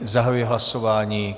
Zahajuji hlasování.